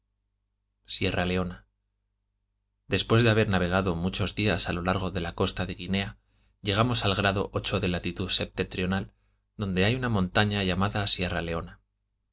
sierra leona después de haber navegado muchos días a lo largo de la costa de guinea llegamos al grado de latitud septentrional donde hay una montaña llamada sierra leona